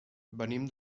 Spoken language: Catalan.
venim